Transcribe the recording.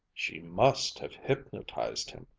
she must have hypnotized him,